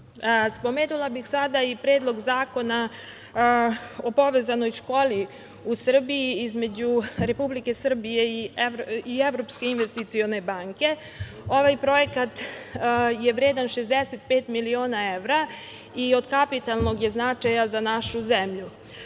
bih sada i Predlog zakona o „Povezanoj školi“ u Srbiji između Republike Srbije i Evropske investicione banke. Ovaj projekat je vredan 65 miliona evra i od kapitalnog je značaja za našu zemlju.